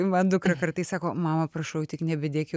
man dukra kartais sako mama prašau tik nebedėk jau